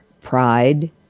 pride